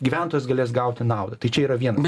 gyventojas galės gauti naudą tai čia yra vienas